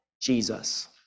Jesus